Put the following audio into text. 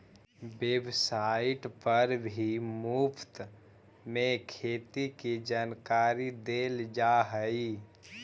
website पर भी मुफ्त में खेती के जानकारी देल जा हई